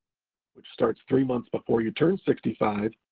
which starts three months before you turn sixty five,